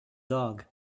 dog